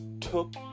took